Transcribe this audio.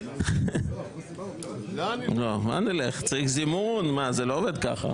לא, מה נלך, צריך להוציא זימון זה לא עובד ככה.